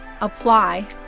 apply